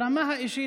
ברמה האישית,